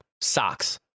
Socks